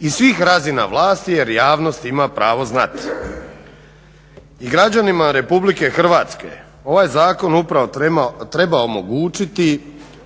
i svih razina vlasti jer javnost ima pravo znat. I građanima RH ovaj zakon upravo treba